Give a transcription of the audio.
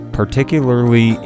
particularly